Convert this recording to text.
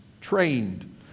trained